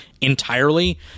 entirely